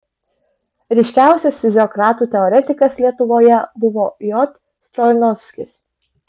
ryškiausias fiziokratų teoretikas lietuvoje buvo j stroinovskis